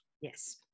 Yes